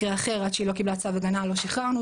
מקרה אחר שעד שהיא לא קיבלה צו הגנה לא שחררנו.